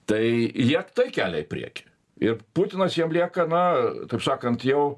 tai jie tai kelia į priekį ir putinas jiem lieka na taip sakant jau